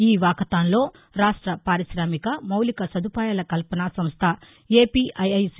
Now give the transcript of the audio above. ఈ వాకథాన్లో రాష్ట పారికామిక మౌలిక సదుపాయాల కల్పనా సంస్ట ఏపిఐఐసి